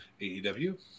AEW